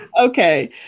Okay